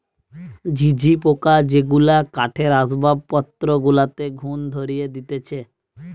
ঝিঝি পোকা যেগুলা কাঠের আসবাবপত্র গুলাতে ঘুন ধরিয়ে দিতেছে